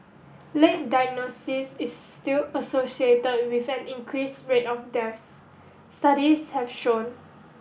late diagnosis is still associated with an increase rate of deaths studies have shown